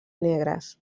negres